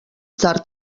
tard